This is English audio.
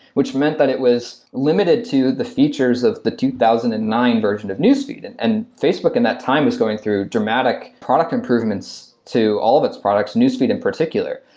which meant that it was limited to the features of the two thousand and nine version of newsfeed, and and facebook in that time was going through dramatic product improvements to all of its products, newsfeed in particular.